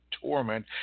torment